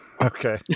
Okay